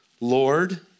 Lord